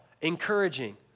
encouraging